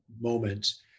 Moments